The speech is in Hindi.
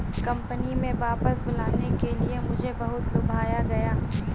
कंपनी में वापस बुलाने के लिए मुझे बहुत लुभाया गया